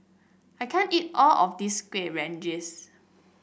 I can't eat all of this Kuih Rengas